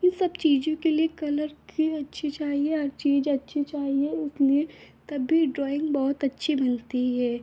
इन सब चीज़ों के लिए कलर भी अच्छी चाहिए हर चीज़ अच्छी चाहिए अपने कभी ड्राइंग बहुत अच्छी बनती है